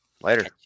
Later